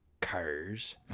cars